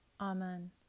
Amen